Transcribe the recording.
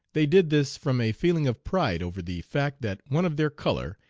they did this from a feeling of pride over the fact that one of their color,